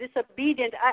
disobedient